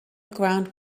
ground